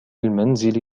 المنزل